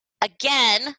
Again